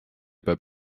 peab